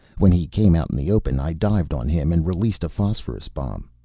when he came out in the open i dived on him and released a phosphorus bomb.